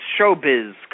showbiz